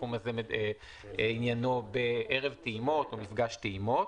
הסכום הזה עניינו במפגש טעימות,